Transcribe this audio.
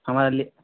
हमारे लिए